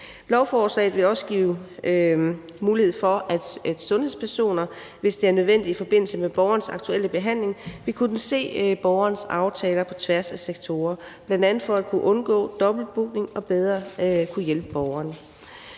Lovforslaget vil også give mulighed for, at sundhedspersoner, hvis det er nødvendigt i forbindelse med borgerens aktuelle behandling, vil kunne se borgerens aftaler på tværs af sektorer, bl.a. for at kunne undgå dobbeltbookning og bedre kunne hjælpe borgeren.